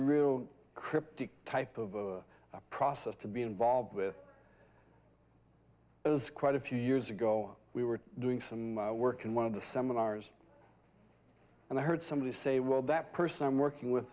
real cryptic type of process to be involved with it was quite a few years ago we were doing some work in one of the seminars and i heard somebody say well that person i'm working with